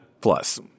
Plus